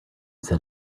said